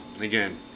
again